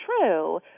true